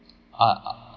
uh